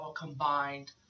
combined